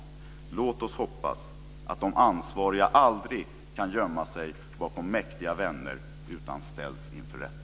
Låt oss hoppas att de ansvariga aldrig kan gömma sig bakom mäktiga vänner utan ställs inför rätta.